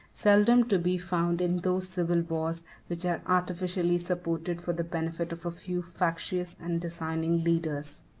seldom to be found in those civil wars which are artificially supported for the benefit of a few factious and designing leaders.